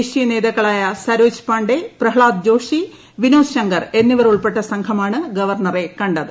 ദേശീയ നേതാക്കളായ സരോജ് പാണ്ഡേ പ്രഹളാദ് ജോഷി വിനോദ് ശങ്കർ എന്നിവർ ഉൾപ്പെട്ട സംഘമാണ് ഗവർണറെ കണ്ടത്